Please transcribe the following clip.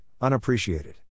unappreciated